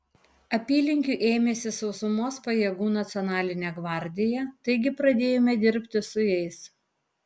apylinkių ėmėsi sausumos pajėgų nacionalinė gvardija taigi pradėjome dirbti su jais